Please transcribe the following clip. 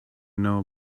know